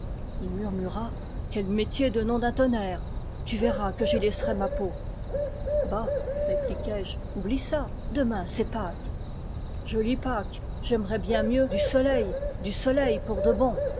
il murmura quel métier de nom d'un tonnerre tu verras que j'y laisserai ma peau bah répliquai-je oublie ça demain c'est pâques jolies pâques j'aimerais bien mieux du soleil du soleil pour de bon